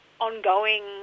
Ongoing